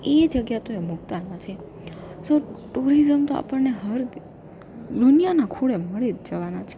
એ જગ્યા તો એ મુકતા નથી તો ટુરિઝમ તો આપણને હર દુનિયાના ખૂણે મળી જ જવાના છે